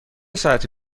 ساعتی